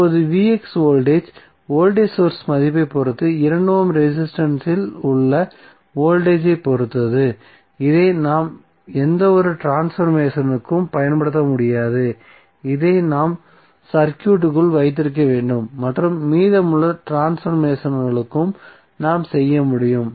இப்போது voltage voltage source மதிப்பைப் பொறுத்து 2 ஓம் ரெசிஸ்டன்ஸ் இல் உள்ள வோல்டேஜ் ஐப் பொறுத்தது இதை நாம் எந்தவொரு ட்ரான்ஸ்பர்மேசனிற்கும் பயன்படுத்த முடியாது இதை நாம் சர்க்யூட்க்குள் வைத்திருக்க வேண்டும் மற்றும் மீதமுள்ள ட்ரான்ஸ்பர்மேசன்களுக்கும் நாம் செய்ய முடியும்